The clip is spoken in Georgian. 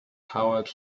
თავად